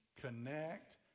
connect